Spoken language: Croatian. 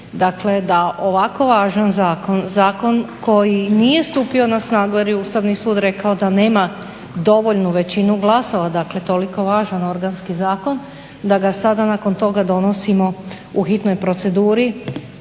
Dakle da ovako važan zakon, zakon koji nije stupio na snagu jer je Ustavni sud rekao da nema dovoljnu većinu glasova, dakle toliko važan organski zakon, da ga sada nakon toga donosimo u hitnoj proceduru